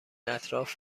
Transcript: اطراف